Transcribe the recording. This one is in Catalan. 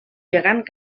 gegant